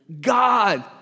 God